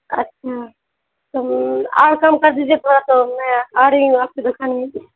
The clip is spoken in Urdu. اچھا تو اور کم کر دیجیے تھورا سا اور میں آ رہی ہوں آپ کے دکان میں